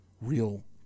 real